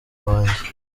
banjye